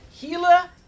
Gila